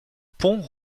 pont